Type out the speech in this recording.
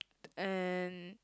and